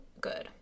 good